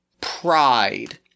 pride